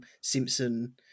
Simpson